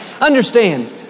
Understand